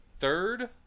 third